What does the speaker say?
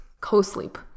co-sleep